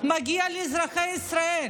ומגיע לאזרחי ישראל.